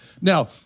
Now